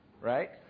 Right